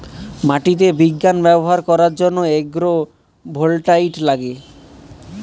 মাটিতে বিজ্ঞান ব্যবহার করার জন্য এগ্রো ভোল্টাইক লাগে